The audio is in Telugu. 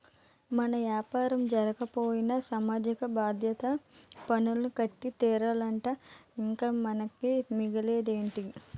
మన యాపారం జరగకపోయినా సామాజిక భద్రత పన్ను కట్టి తీరాలట ఇంక మనకి మిగిలేదేటి